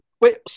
Wait